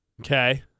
okay